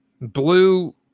blue